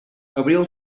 abril